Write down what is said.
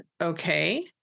okay